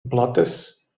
blattes